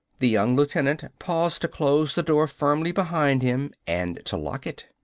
the young lieutenant paused to close the door firmly behind him and to lock it.